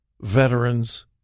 veterans